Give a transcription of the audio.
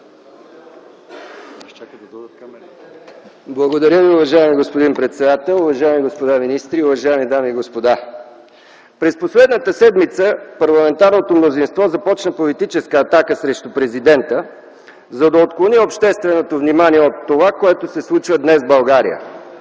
Благодаря Ви, уважаеми господин председател. Уважаеми господа министри, уважаеми дами и господа! През последната седмица парламентарното мнозинство започна политическа атака срещу президента, за да отклони общественото внимание от това, което се случва днес в България